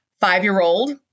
five-year-old